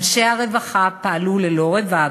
אנשי הרווחה פעלו ללא רבב,